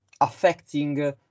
affecting